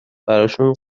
براشون